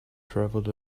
traveled